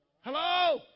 Hello